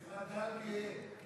בטח צמצמו את התקציב של,